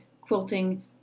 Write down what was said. quilting